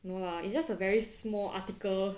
no lah it's just a very small article